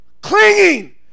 clinging